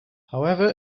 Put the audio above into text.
however